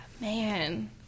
man